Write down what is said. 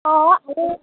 অঁ আৰু